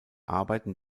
arbeiten